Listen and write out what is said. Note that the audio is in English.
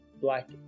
black